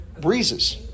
breezes